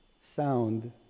sound